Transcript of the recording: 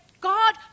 God